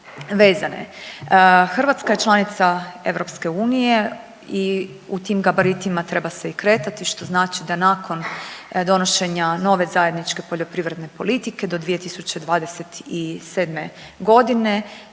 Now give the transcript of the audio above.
Hrvatska je članica EU i u tim gabaritima treba se i kretati što znači da nakon donošenja nove zajedničke poljoprivredne politike do 2027. godine